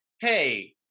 hey